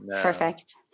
Perfect